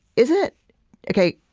is it ok,